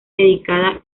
dedicada